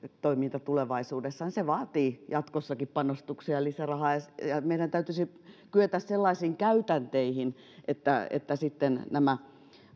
toiminta voisi tulevaisuudessa jatkua niin se vaatii jatkossakin panostuksia ja lisärahaa ja meidän täytyisi kyetä sellaisiin käytänteisiin että että nämä